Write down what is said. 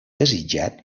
desitjat